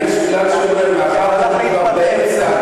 מאחר שאני כבר באמצע,